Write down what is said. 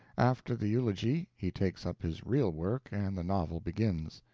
after the eulogy he takes up his real work and the novel begins.